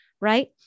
right